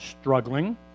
struggling